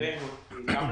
גם לכם,